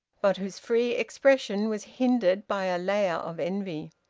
but whose free expression was hindered by a layer of envy.